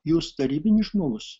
jūs tarybinis žmogus